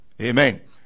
Amen